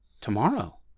tomorrow